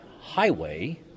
highway